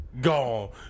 Gone